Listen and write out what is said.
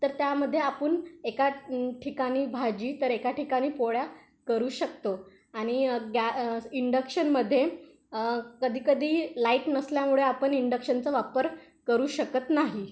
तर त्यामध्ये आपण एका ठिकाणी भाजी तर एका ठिकाणी पोळ्या करू शकतो आणि गॅ इंडक्शनमध्ये कधी कधी लाईट नसल्यामुळे आपण इंडक्शनचा वापर करू शकत नाही